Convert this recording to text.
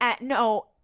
no